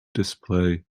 display